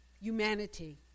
humanity